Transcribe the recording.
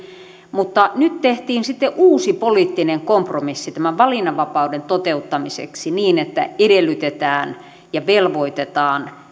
mutta nyt tehtiin sitten uusi poliittinen kompromissi tämän valinnanvapauden toteuttamiseksi niin että edellytetään ja velvoitetaan